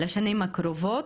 לשנים הקרובות,